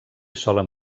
solen